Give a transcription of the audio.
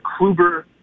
Kluber